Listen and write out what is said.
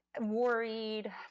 worried